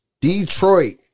Detroit